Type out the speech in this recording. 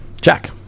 jack